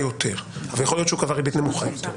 יותר אבל יכול להיות שהוא קבע ריבית נמוכה יותר.